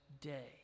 day